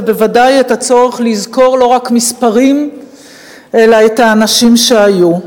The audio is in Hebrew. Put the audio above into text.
ובוודאי את הצורך לזכור לא רק מספרים אלא את האנשים שהיו.